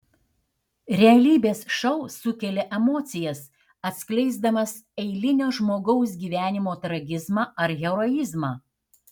realybės šou sukelia emocijas atskleisdamas eilinio žmogaus gyvenimo tragizmą ar heroizmą